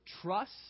trust